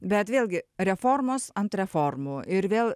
bet vėlgi reformos ant reformų ir vėl